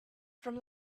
from